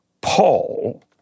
Paul